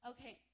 Okay